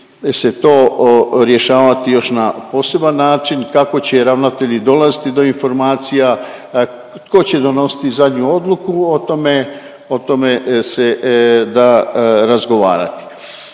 se to rješavati još na poseban način, kako će i ravnatelji dolaziti do informacija, tko će donositi zadnju odluku o tome, o tome se da razgovarati.